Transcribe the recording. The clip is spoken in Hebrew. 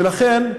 ולכן,